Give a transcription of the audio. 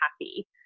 happy